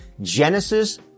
Genesis